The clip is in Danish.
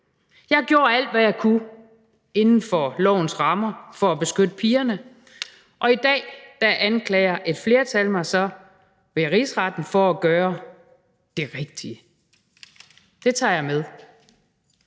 Jeg gjorde alt, hvad jeg kunne, inden for lovens rammer for at beskytte pigerne, og i dag anklager et flertal mig så ved Rigsretten for at gøre det rigtige. Det tager jeg med.